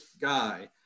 guy